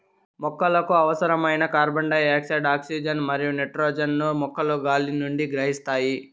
మొక్కలకు అవసరమైన carbon dioxide, oxygen మరియు నైట్రోజన్ ను మొక్కలు గాలి నుండి గ్రహిస్తాయి